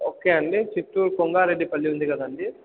okay అండీ Chittoor Kongareddypalli ఉంది కదండీ